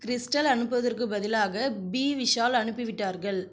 crystal அனுப்புவதற்கு பதிலாக B Vishal அனுப்பிவிட்டார்கள்